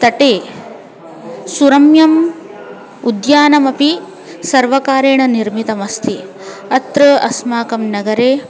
तटे सुरम्यम् उद्यानमपि सर्वकारेण निर्मितमस्ति अत्र अस्माकं नगरे